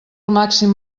màxim